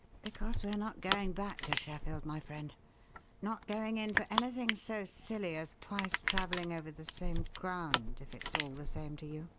because we are not going back to sheffield, my friend not going in for anything so silly as twice travelling over the same ground, if it's all the same to you,